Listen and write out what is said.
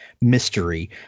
mystery